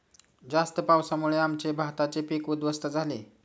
जास्त पावसामुळे आमचे भाताचे पीक उध्वस्त झाले